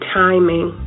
timing